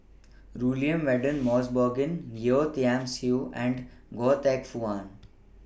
Rudy William Mosbergen Yeo Tiam Siew and Goh Teck Phuan